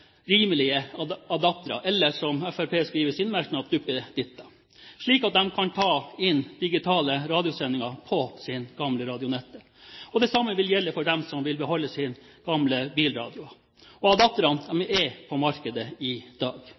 rimelige adaptere – eller som Fremskrittspartiet skriver i sin merknad: «duppeditter» – slik at de kan ta inn digitale radiosendinger på sin gamle Radionette. Det samme vil gjelde for dem som vil beholde sin gamle bilradio. Adapterne er på markedet i dag.